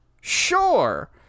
sure